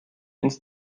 ins